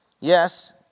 Yes